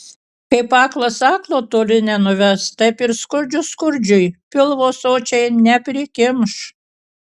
kaip aklas aklo toli nenuves taip ir skurdžius skurdžiui pilvo sočiai neprikimš